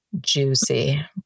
Juicy